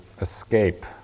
escape